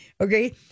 Okay